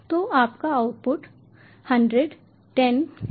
तो आपका आउटपुट 100 10 है